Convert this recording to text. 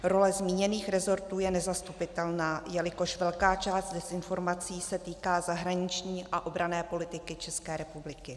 Role zmíněných resortů je nezastupitelná, jelikož velká část dezinformací se týká zahraniční a obranné politiky České republiky.